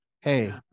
hey